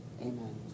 amen